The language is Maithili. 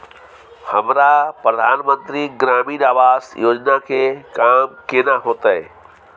हमरा प्रधानमंत्री ग्रामीण आवास योजना के काम केना होतय?